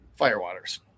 Firewaters